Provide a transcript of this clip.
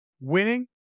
winning